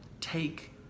take